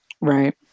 Right